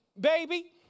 baby